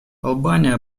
албания